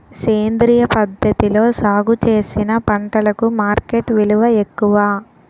సేంద్రియ పద్ధతిలో సాగు చేసిన పంటలకు మార్కెట్ విలువ ఎక్కువ